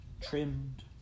trimmed